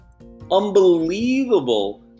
unbelievable